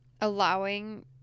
allowing